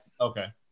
okay